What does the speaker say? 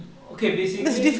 okay basically